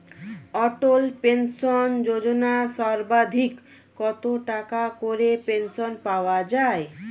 অটল pension Yojana সর্বাধিক কত টাকা করে পেনশন পাওয়া যায়?